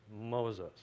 Moses